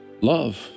Love